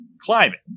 climate